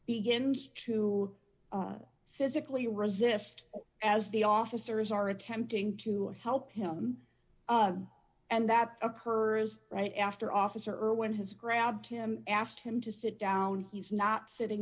begins to physically resist as the officers are attempting to help him and that occurs right after officer irwin has grabbed him asked him to sit down he's not sitting